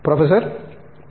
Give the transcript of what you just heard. professor B